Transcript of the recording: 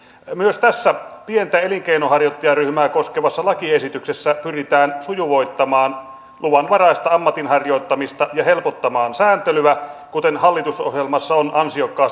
myös tässä pientä elinkeinonharjoittajaryhmää koskevassa lakiesityksessä pyritään sujuvoittamaan luvanvaraista ammatinharjoittamista ja helpottamaan sääntelyä kuten hallitusohjelmassa on ansiokkaasti kirjattu